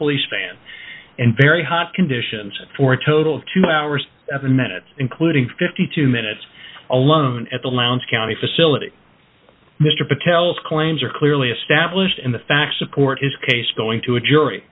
police van and very hot conditions for a total of two hours of minutes including fifty two minutes alone at the lowndes county facility mr patel's claims are clearly established in the facts support his case going to a jury